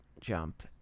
jump